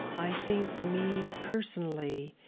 i think for me, personally,